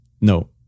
no